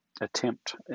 attempt